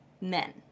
men